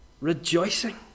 rejoicing